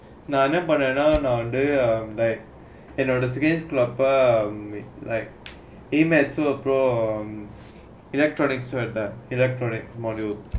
நா என்ன பண்ணீனா:naa enna pannaenaa like um like E mathematics electronics um எடுத்தேன்:edutthaen electronics module